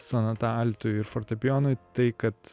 sonata altui ir fortepijonui tai kad